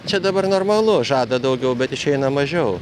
čia dabar normalu žada daugiau bet išeina mažiau